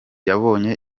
yabonye